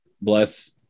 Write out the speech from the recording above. bless